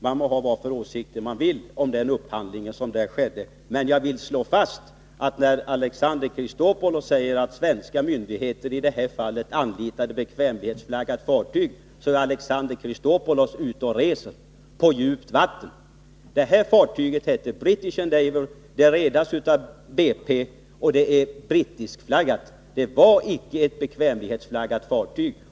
Man må ha vilka åsikter man vill om den upphandling som skedde där, men jag vill slå fast att när Alexander Chrisopoulos säger att svenska myndigheter i det här fallet anlitade ett bekvämlighetsflaggat fartyg, då är Alexander Chrisopoulos ute och reser på djupt vatten. Det aktuella fartyget heter British Endeavour, det redas av BP och är brittiskflaggat. Det var icke ett bekvämlighetsflaggat fartyg.